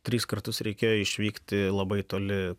tris kartus reikėjo išvykti labai toli